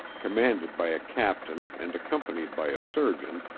commanded by a captain and accompanied by a surgeon,